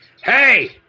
Hey